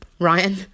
Ryan